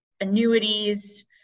annuities